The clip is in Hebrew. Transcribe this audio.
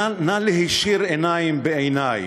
נא להישיר עיניים אל עיני.